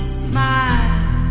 smile